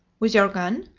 with your gun?